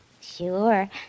Sure